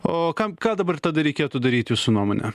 o kam ką dabar tada reikėtų daryt jūsų nuomone